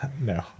No